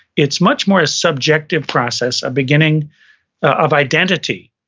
it's much more a subjective process, a beginning of identity,